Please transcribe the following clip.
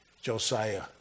Josiah